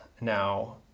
now